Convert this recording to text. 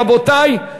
רבותי,